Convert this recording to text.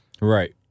Right